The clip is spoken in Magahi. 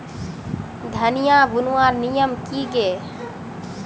धनिया बूनवार नियम की गे?